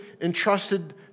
entrusted